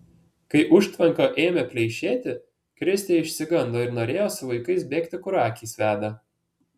kai užtvanka ėmė pleišėti kristė išsigando ir norėjo su vaikais bėgti kur akys veda